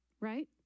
right